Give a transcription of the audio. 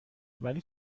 ولی